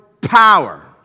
power